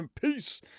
Peace